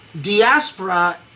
Diaspora